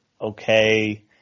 okay